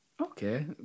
Okay